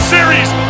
Series